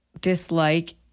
dislike